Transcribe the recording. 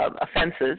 offenses